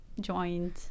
joined